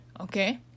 Okay